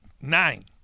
Nine